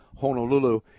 Honolulu